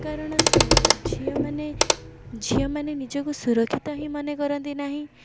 କାରଣ ସେ ଝିଅମାନେ ଝିଅମାନେ ନିଜକୁ ସୁରକ୍ଷିତ ହିଁ ମନେକରନ୍ତି ନାହିଁ